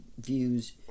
views